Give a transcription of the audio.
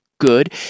good